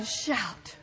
shout